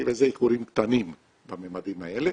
אבל זה איחורים קטנים בממדים האלה.